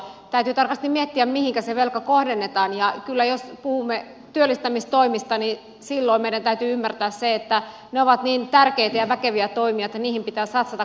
täytyy tarkasti miettiä mihinkä se velka kohdennetaan ja jos puhumme työllistämistoimista niin kyllä silloin meidän täytyy ymmärtää se että ne ovat niin tärkeitä ja väkeviä toimia että niihin pitää satsata kaikki